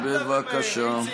לאן אתם ממהרים?